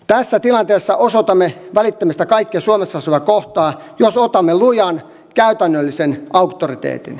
tässä tilanteessa osoitamme välittämistä kaikkia suomessa asuvia kohtaan jos otamme lujan käytännöllisen auktoriteetin